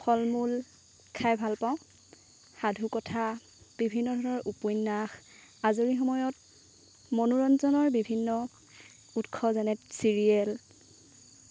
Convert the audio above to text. ফল মুল খাই ভাল পাওঁ সাধুকথা বিভিন্ন ধৰণৰ উপন্যাস আজৰি সময়ত মনোৰঞ্জনৰ বিভিন্ন উৎস যেনে চিৰিয়েল